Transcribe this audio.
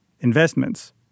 investments